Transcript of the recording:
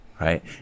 right